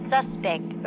Suspect